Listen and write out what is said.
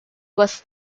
was